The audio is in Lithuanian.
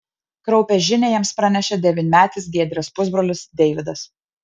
kraupią žinią jiems pranešė devynmetis giedrės pusbrolis deividas